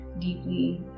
deeply